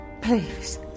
please